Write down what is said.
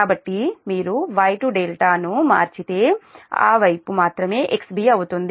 కాబట్టి మీరు Y ∆ ను మార్చితే ఆ వైపు మాత్రమే XB అవుతుంది